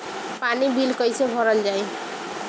पानी बिल कइसे भरल जाई?